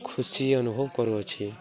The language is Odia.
ଖୁସି ଅନୁଭବ କରୁଅଛି